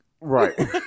Right